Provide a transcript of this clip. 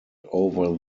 over